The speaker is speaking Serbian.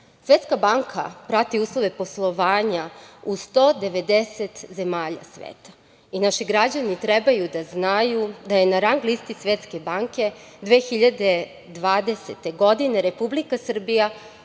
lista. Svetska banka prati uslove poslovanja u 190 zemalja sveta. Naši građani treba da znaju da je na rang-listi Svetske banke 2020. godine Republika Srbija